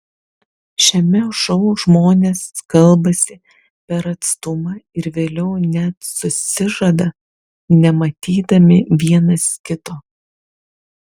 šiame šou žmonės kalbasi per atstumą ir vėliau net susižada nematydami vienas kito